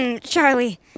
Charlie